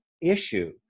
issue